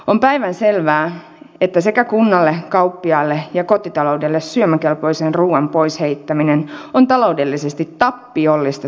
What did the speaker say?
on päivänselvää että sekä kunnalle kauppiaalle että kotitaloudelle syömäkelpoisen ruuan pois heittäminen on taloudellisesti tappiollista toimintaa